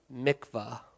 mikvah